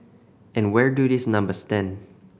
and where do these numbers stand